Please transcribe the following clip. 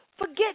forget